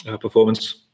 performance